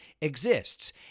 exists